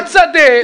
אבל המשטרה תחקור.